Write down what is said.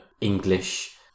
English